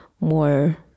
more